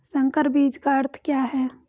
संकर बीज का अर्थ क्या है?